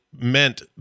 meant